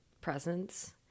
presence